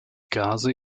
gase